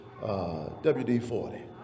WD-40